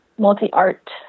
multi-art